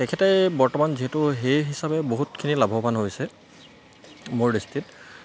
তেখেতে বৰ্তমান যিহেতু সেই হিচাপে বহুতখিনি লাভৱান হৈছে মোৰ দৃষ্টিত